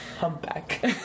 humpback